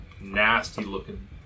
nasty-looking